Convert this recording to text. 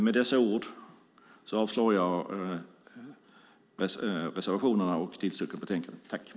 Med dessa ord yrkar jag avslag på reservationerna och bifall till utskottets förslag i betänkandet.